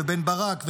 ובן ברק,